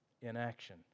Inaction